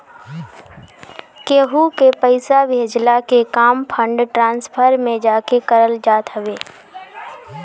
केहू के पईसा भेजला के काम फंड ट्रांसफर में जाके करल जात हवे